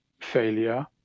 failure